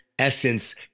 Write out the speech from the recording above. essence